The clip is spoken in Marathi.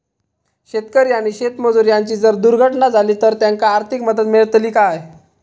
शेतकरी आणि शेतमजूर यांची जर दुर्घटना झाली तर त्यांका आर्थिक मदत मिळतली काय?